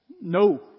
no